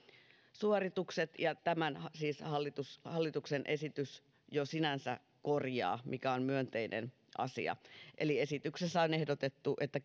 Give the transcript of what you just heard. suoritukset ja tämän siis hallituksen esitys jo sinänsä korjaa mikä on myönteinen asia eli esityksessä on ehdotettu että